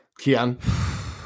Kian